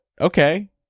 okay